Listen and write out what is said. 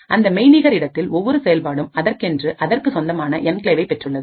அந்த மெய்நிகர் இடத்தில்ஒவ்வொரு செயல்பாடும் அதற்கென்றுஅதற்கு சொந்தமான என்கிளேவைபெற்றுள்ளது